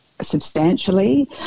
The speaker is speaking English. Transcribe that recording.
substantially